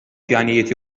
pjanijiet